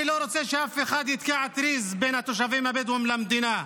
אני לא רוצה שאף אחד יתקע טריז בין התושבים הבדואים למדינה,